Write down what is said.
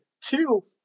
Two